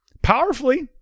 powerfully